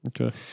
Okay